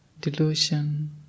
Delusion